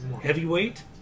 Heavyweight